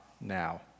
now